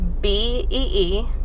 b-e-e